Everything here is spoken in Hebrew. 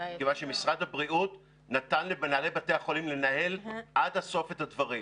מכיוון שמשרד הבריאות נתן למנהלי בתי החולים לנהל עד הסוף את הדברים.